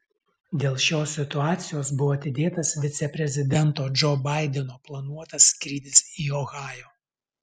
dėl šios situacijos buvo atidėtas viceprezidento džo baideno planuotas skrydis į ohają